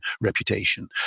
reputation